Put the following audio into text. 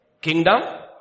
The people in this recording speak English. kingdom